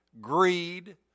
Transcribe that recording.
greed